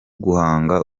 guhanga